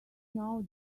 know